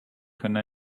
können